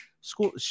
school